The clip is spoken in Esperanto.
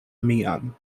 mian